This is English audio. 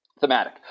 thematic